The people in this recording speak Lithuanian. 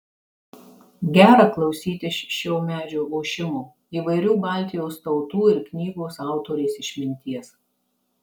gera klausytis šio medžio ošimo įvairių baltijos tautų ir knygos autorės išminties